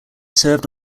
served